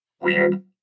Weird